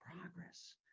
progress